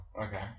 Okay